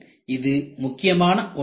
இது முக்கியமான ஒன்றாகும்